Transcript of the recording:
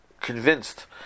convinced